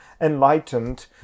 enlightened